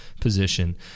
position